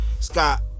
Scott